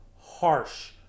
harsh